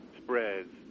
spreads